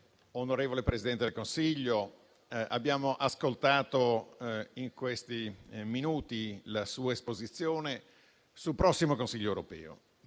Onorevole Presidente del Consiglio, abbiamo ascoltato in questi minuti la sua esposizione sul prossimo Consiglio europeo,